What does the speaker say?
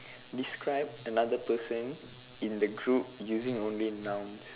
describe another person in the group using only nouns